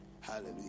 Hallelujah